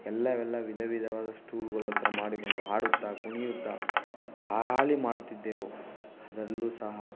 ಎಲ್ಲವೆಲ್ಲ ವಿಧ ವಿಧವಾದ ಸ್ಟೂಲುಗಳ ಥರ ಮಾಡಿಕೊಂಡು ಆಡುತ್ತಾ ಕುಣಿಯುತ್ತ ಜಾಲಿ ಮಾಡುತ್ತಿದ್ದೆವು ಅದರಲ್ಲೂ ಸಹ